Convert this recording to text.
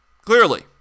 clearly